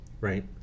Right